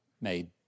made